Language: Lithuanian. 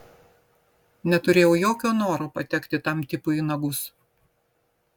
neturėjau jokio noro patekti tam tipui į nagus